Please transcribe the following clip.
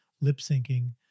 lip-syncing